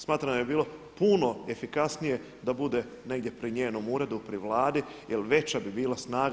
Smatram da bi bilo puno efikasnije da bude negdje pri njenom uredu, pri Vladi jer veća bi bila snaga.